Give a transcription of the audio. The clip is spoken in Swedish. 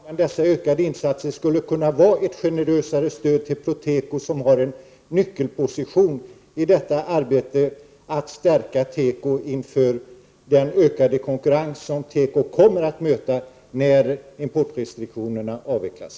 Herr talman! Dessa ökade insatser skulle kunna vara ett generösare stöd till Proteko, som ju har en nyckelposition, i arbetet att stärka teko inför den ökade konkurrens som teko kommer att möta när importrestriktionerna avvecklas.